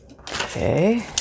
Okay